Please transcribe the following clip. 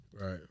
Right